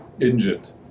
injured